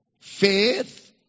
faith